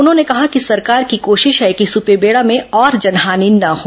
उन्होंने कहा कि सरकार की कोशिश है कि सुपेबेड़ा में और जनहानि न हो